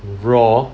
raw